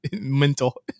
mental